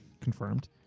confirmed